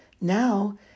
Now